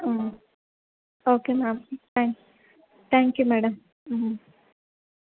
okay ma'am thank you madam